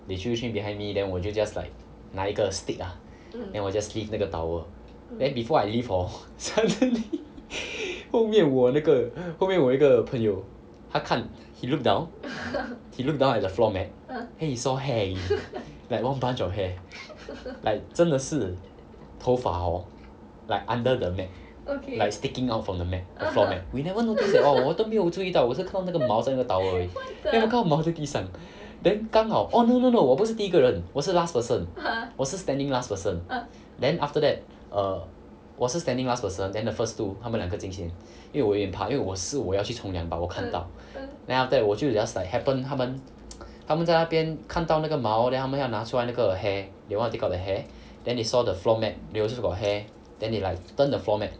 they chu~ train behind me then 我就 just like 拿一个 stick ah then 我 just lift 那个 towel then before I lift hor suddenly 后面我那个后面我一个朋友他看 he looked down he looked down at the floor mat then he saw hair you know like one bunch of hair like 真的是头发 hor like under the mat like sticking out from the mat the floor mat we never notice at all 我们都没有注意到我只是看到那个毛在那个 towel 而已 then 看到毛在地上 then 刚好 oh no no no 我不是第一个人我是 last person 我是 standing last person then after that err 我是 standing last person then the first two 他们两个进先因为我有一点怕因为我是要去冲凉 but 我看到 then after that 我就 just like happen 他们在那边看到那个毛 then 他们要拿出来那个 hair they want take out the hair then they saw the floor mat also got hair then they like turn the floor mat